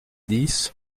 dix